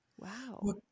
Wow